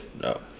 No